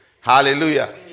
Hallelujah